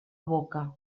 boca